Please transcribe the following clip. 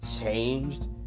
changed